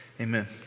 Amen